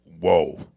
whoa